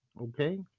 Okay